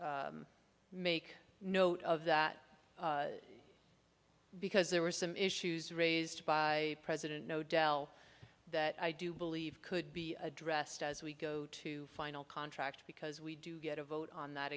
make note of that because there were some issues raised by president no dell that i do believe could be addressed as we go to final contract because we do get a vote on that